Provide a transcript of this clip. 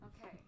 Okay